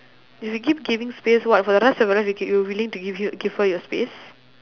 if you keep giving space [what] for the rest of your life you keep you willing to give her your space